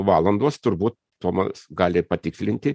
valandos turbūt tomas gali patikslinti